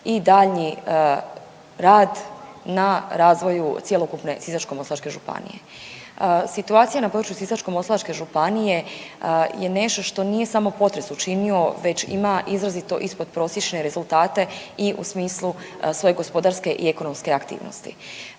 i daljnji rad na razvoju cjelokupne Sisačko-moslavačke županije. Situacija na području Sisačko-moslavačke županije je nešto što nije samo potres učinio već ima izrazito ispod prosječne rezultate i u smislu i svoje gospodarske i ekonomske aktivnosti.